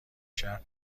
شهر